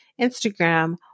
Instagram